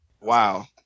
Wow